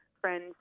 friends